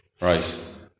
Right